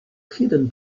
hidden